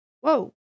Whoa